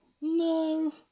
No